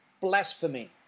blasphemy